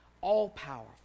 All-powerful